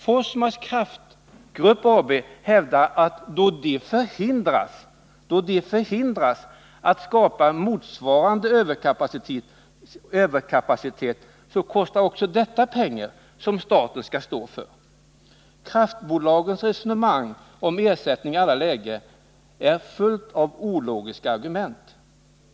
Forsmarks Kraftgrupp AB hävdar att då de förhindras att skapa en motsvarande överkapacitet så kostar även detta pengar, som staten skall stå för. Kraftbolagens resonemang om ersättning i alla lägen är fullt av ologiska argument.